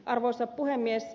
arvoisa puhemies